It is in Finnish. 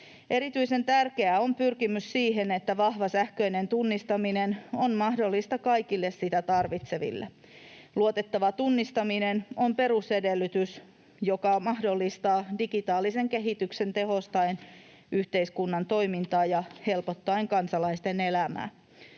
Erityisen tärkeää on pyrkimys siihen, että vahva sähköinen tunnistaminen on mahdollista kaikille sitä tarvitseville. Luotettava tunnistaminen on perusedellytys, joka mahdollistaa digitaalisen kehityksen tehostaen yhteiskunnan toimintaa ja helpottaen kansalaisten elämää.